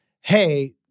hey